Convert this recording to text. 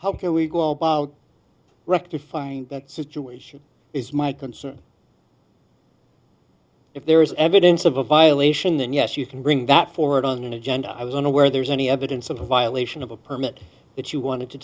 how can we go about rectifying that situation is my concern if there is evidence of a violation then yes you can bring that forward on an agenda i was unaware there's any evidence of a violation of a permit that you wanted to